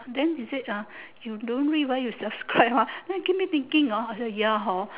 then he said ah you don't read why you subscribe ah then give me thinking I said ya hor